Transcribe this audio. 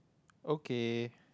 okay